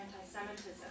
anti-Semitism